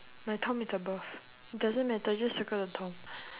my tom is above doesn't matter just circle the tom